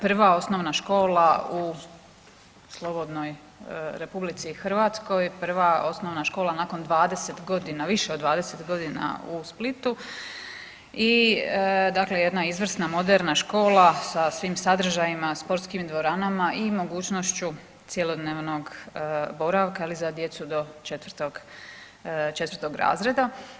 Prva osnovna škola u slobodnoj RH, prva osnovna škola nakon 20 godina, više od 20 godina u Splitu i dakle jedna izvrsna moderna škola sa svim sadržajima, sportskim dvoranama i mogućnošću cjelodnevnog boravka je li za djecu do 4, 4 razreda.